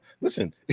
Listen